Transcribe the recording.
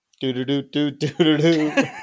Do-do-do-do-do-do-do